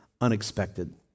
unexpected